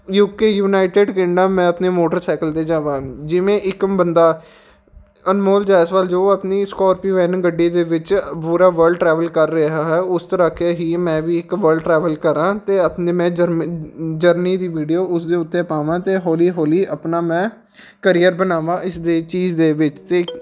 you K United Kingdom ਮੈਂ ਆਪਣੀ motorcycle 'ਤੇ ਜਾਵਾਂ ਜਿਵੇਂ ਇੱਕ ਬੰਦਾ ਅਨਮੋਲ ਜੈਸਵਾਲ ਜੋ ਆਪਣੀ ਸਕੋਰਪੀਓ ਐਨ ਗੱਡੀ ਦੇ ਵਿੱਚ ਪੂਰਾ ਵਰਲਡ ਟਰੈਵਲ ਕਰ ਰਿਹਾ ਹੈ ਉਸ ਤਰ੍ਹਾਂ ਕਿ ਮੈਂ ਵੀ ਇੱਕ ਵਰਲਡ ਟਰੈਵਲ ਕਰਾਂ ਅਤੇ ਆਪਣੀ ਮੈਂ ਜਰਮੀ ਜਰਨੀ ਵੀ ਵੀਡੀਓ ਉਸ ਦੇ ਉੱਤੇ ਪਾਵਾਂ ਅਤੇ ਹੌਲੀ ਹੌਲੀ ਆਪਣਾ ਮੈਂ ਕਰੀਅਰ ਬਣਾਵਾਂ ਇਸ ਦੇ ਚੀਜ਼ ਦੇ ਵਿੱਚ ਅਤੇ